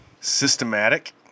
Systematic